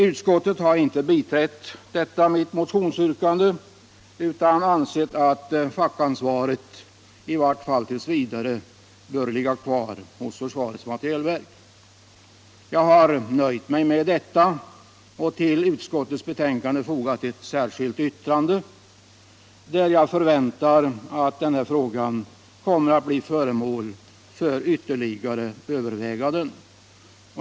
Utskottet har inte tillstyrkt motionsyrkandet utan ansett att fackansvaret i varje fall tills vidare bör ligga kvar hos försvarets materielverk. Jag har nöjt mig med detta och till utskottets betänkande fogat ett särskilt yttrande, där jag säger att jag förväntar att denna fråga blir föremål för ytterligare överväganden.